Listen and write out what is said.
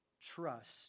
trust